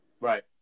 Right